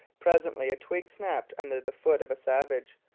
presently a twig snapped under the foot of a savage.